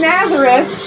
Nazareth